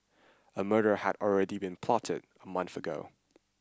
a murder had already been plotted a month ago